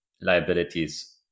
liabilities